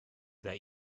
that